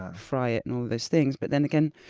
ah fry it, and all of those things, but then again,